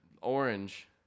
Orange